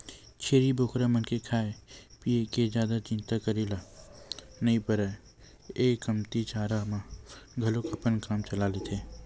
छेरी बोकरा मन के खाए पिए के जादा चिंता करे ल नइ परय ए ह कमती चारा म घलोक अपन काम चला लेथे